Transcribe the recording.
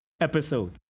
episode